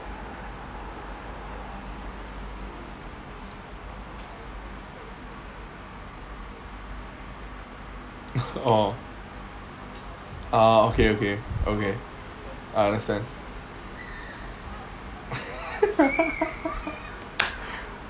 orh ah okay okay I understand